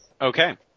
Okay